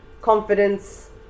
confidence